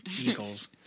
eagles